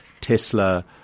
Tesla